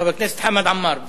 חבר הכנסת חמד עמאר.